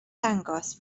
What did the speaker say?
dangos